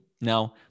Now